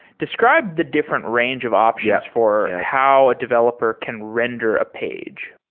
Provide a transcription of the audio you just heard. describe the different range of options for how a developer can render a page.